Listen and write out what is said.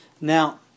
Now